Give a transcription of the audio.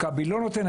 מכבי לא נותנת.